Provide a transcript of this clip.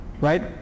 right